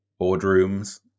boardrooms